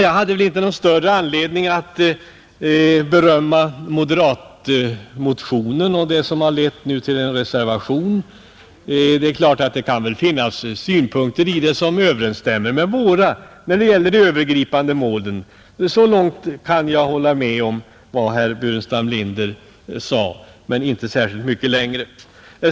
Jag hade väl inte någon anledning att berömma moderatmotionen som nu har lett till en reservation. Det är klart att det kan finnas synpunkter där som överensstämmer med våra när det gäller de övergripande målen — så långt kan jag hålla med herr Burenstam Linder men inte särskilt mycket längre.